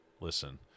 listen